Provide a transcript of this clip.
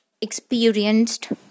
experienced